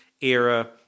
era